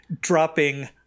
Dropping